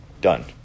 Done